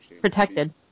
protected